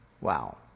Wow